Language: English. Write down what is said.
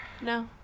No